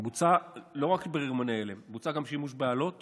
בוצע לא רק ברימוני הלם, בוצע גם שימוש באלות